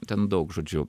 ten daug žodžiu